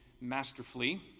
masterfully